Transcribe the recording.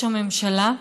הממשלה.